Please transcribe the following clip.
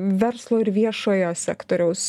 verslo ir viešojo sektoriaus